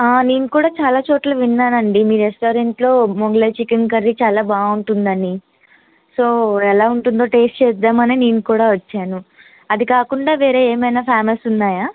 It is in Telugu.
ఆ నేను కూడా చాలా చోట్ల విన్నానండి మీరు రెస్టారెంట్ లో మొగలాయ్ చికెన్ కర్రీ చాలా బాగుంటుందని సో ఎలా ఉంటుందో టేస్ట్ చేద్దామనే నేను కూడ వచ్చాను అది కాకుండా ఏమన్నా ఫేమస్ ఉన్నాయా